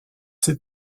ces